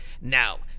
Now